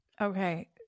Okay